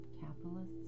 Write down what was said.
capitalists